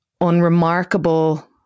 unremarkable